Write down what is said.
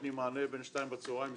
נותנים מענה בין 14:00 ל-02:00.